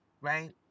right